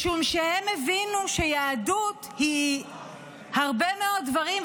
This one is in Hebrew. משום שהם הבינו שיהדות היא הרבה מאוד דברים,